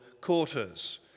quarters